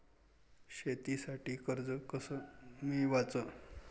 शेतीसाठी कर्ज कस मिळवाच?